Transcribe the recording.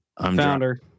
founder